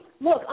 Look